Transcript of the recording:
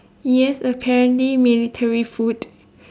yes apparently military food